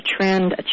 trend